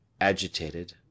Agitated